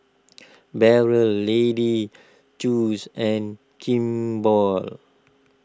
Barrel Lady's joice and Kimball